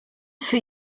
für